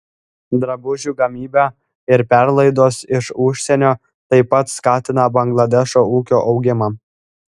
drabužių gamyba ir perlaidos iš užsienio taip pat skatina bangladešo ūkio augimą